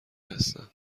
هستم